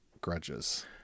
grudges